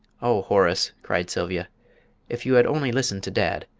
oh, horace, cried sylvia if you had only listened to dad,